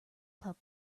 pup